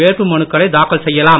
வேட்புமனுக்களை தாக்கல் செய்யலாம்